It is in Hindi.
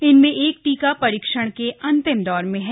इनमें एकटीका परीक्षण के अंतिम दौर में है